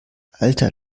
alter